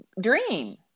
dream